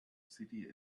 city